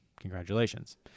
Congratulations